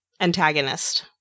antagonist